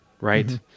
Right